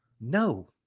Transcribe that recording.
No